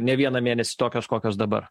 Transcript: ne vieną mėnesį tokios kokios dabar